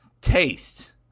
Taste